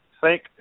thank